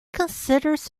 considers